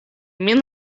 min